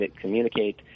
communicate